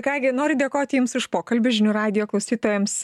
ką gi noriu dėkoti jums už pokalbį žinių radijo klausytojams